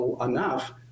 enough